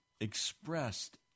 expressed